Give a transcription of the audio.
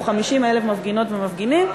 או 50,000 מפגינות ומפגינים,